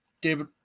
David